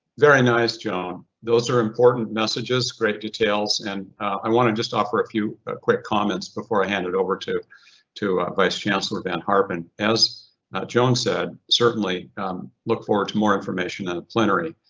very nice, joan. those are important messages, great details. and i wanna just offer a few quick comments before i hand it over to to vice chancellor van harpen. as joan said, certainly look forward to more information on a plenary,